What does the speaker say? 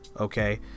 okay